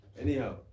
Anyhow